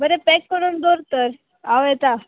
बरें पॅक करून दवर तर हांव येता